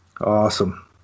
Awesome